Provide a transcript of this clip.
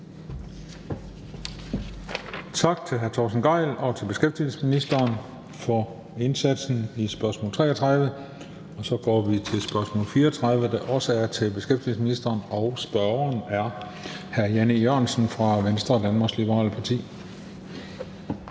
Tak til hr. Torsten Gejl og til beskæftigelsesministeren for indsatsen i spørgsmål 33. Så går vi til spørgsmål 34, der også er til beskæftigelsesministeren, og spørgeren er hr. Jan E. Jørgensen fra Venstre, Danmarks Liberale Parti.